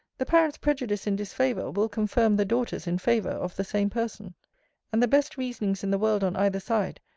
the parent's prejudice in disfavour, will confirm the daughter's in favour, of the same person and the best reasonings in the world on either side,